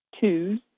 twos